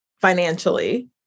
financially